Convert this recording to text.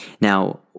Now